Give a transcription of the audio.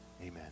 Amen